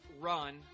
run